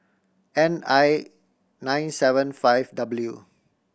N I nine seven five W